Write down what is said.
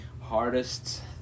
hardest